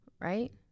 Right